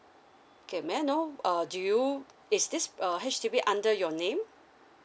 okay may I know err do you is this uh H_D_B under your name